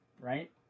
right